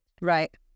right